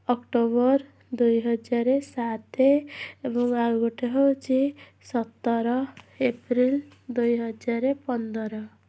October ଦୁଇ ହଜାର ସାତ ଏବଂ ଆଉ ଗୋଟେ ହେଉଛି ସତର ଏପ୍ରିଲ ଦୁଇ ହଜାର ପନ୍ଦର